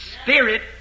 spirit